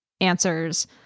answers